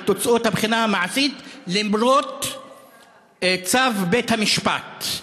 תוצאות הבחינה המעשית למרות צו בית-המשפט,